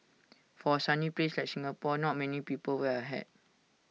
for A sunny place like Singapore not many people wear A hat